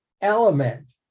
element